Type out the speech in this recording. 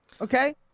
Okay